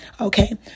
Okay